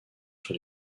sur